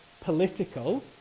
political